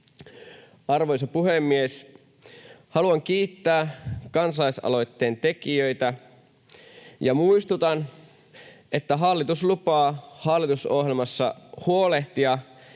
Arvoisa puhemies! Haluan kiittää kansalaisaloitteen tekijöitä ja muistutan, että hallitus lupaa hallitusohjelmassa huolehtia,